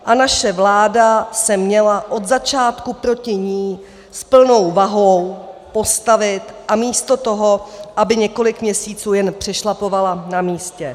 A naše vláda se měla od začátku proti ní s plnou vahou postavit místo toho, aby několik měsíců jenom přešlapovala na místě.